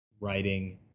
writing